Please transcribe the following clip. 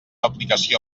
aplicació